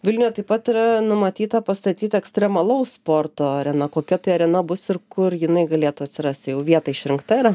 vilniuje taip pat yra numatyta pastatyti ekstremalaus sporto arena kokia tai arena bus ir kur jinai galėtų atsirasti jau vieta išrinkta yra